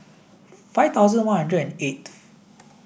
five thousand one hundred and eighth